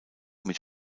mit